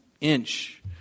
inch